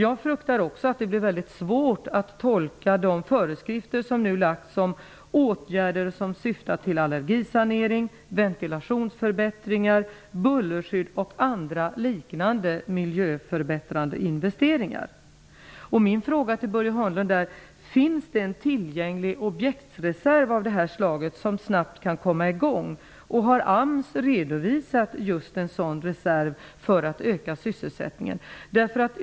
Jag fruktar också att det blir svårt att tolka de föreskrifter som nu lagts om åtgärder som syftar till allergisanering, ventilationsförbättringar, bullerskydd och andra liknande miljöförbättrande investeringar. Min fråga till Börje Hörnlund är: Finns det en tillgänglig objektsreserv av det här slaget, som snabbt kan komma i gång? Har AMS redovisat just en sådan reserv för att öka sysselsättningen?